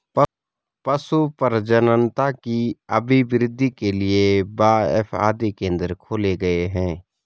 पशु प्रजननता की अभिवृद्धि के लिए बाएफ आदि केंद्र खोले गए हैं